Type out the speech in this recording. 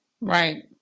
Right